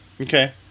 Okay